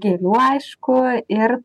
gėlių aišku ir